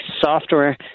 software